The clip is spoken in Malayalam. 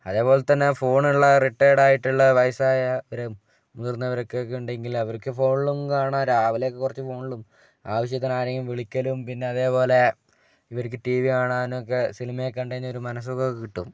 അതേപോലെത്തന്നെ ഫോണുള്ള റിട്ടേഡായിട്ടുള്ള വയസ്സായവരും മുതിർന്നവർക്കൊക്കെ ഉണ്ടെങ്കിൽ അവർക്കു ഫോണിലും കാണാം രാവിലെയൊക്കെ കുറച്ചു ഫോണിലും ആവിശ്യത്തിനു ആരെങ്കിലും വിളിക്കലും പിന്നെ അതേപോലെ ഇവർക്കു ടി വി കാണാനുമൊക്കെ സിനിമയൊക്കെ കണ്ടുകഴിഞ്ഞാൽ ഒരു മനഃസ്സുഖമൊക്കെ കിട്ടും